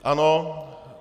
Ano.